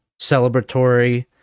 celebratory